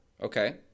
Okay